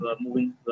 moving